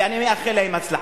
ואני מאחל להם הצלחה.